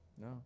No